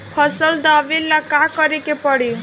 फसल दावेला का करे के परी?